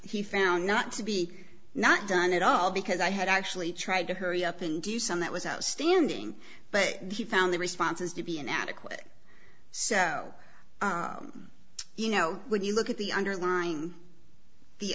he found not to be not done at all because i had actually tried to hurry up and do some that was outstanding but he found the responses to be inadequate so you know when you look at the underlying the